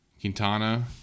Quintana